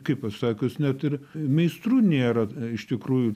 kaip pasakius net ir meistrų nėra iš tikrųjų